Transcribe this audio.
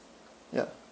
ya